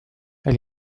elle